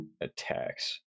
attacks